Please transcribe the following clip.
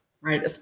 right